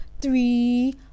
three